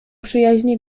przyjaźnie